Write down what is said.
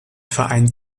verein